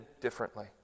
differently